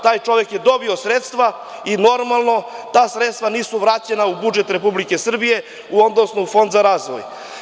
Taj čovek je dobio sredstva i normalno, ta sredstva nisu vraćena u budžet Republike Srbije, odnosno u Fond za razvoj.